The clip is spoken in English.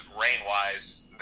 rain-wise